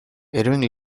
irving